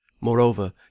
Moreover